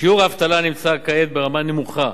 שיעור האבטלה נמצא כעת ברמה נמוכה,